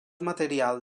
material